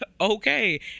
Okay